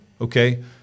okay